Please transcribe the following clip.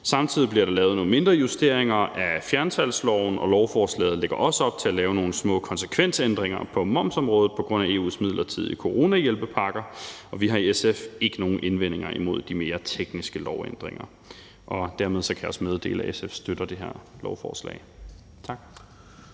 Samtidig bliver der også lavet nogle mindre justeringer af fjernsalgsloven, og lovforslaget lægger også op til at lave nogle små konsekvensændringer på momsområdet på grund af EU's midlertidige coronahjælpepakker. Vi har i SF ikke nogen indvendinger mod de mere tekniske lovændringer. Dermed kan jeg også meddele, at SF støtter det her lovforslag. Tak.